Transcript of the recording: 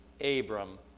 Abram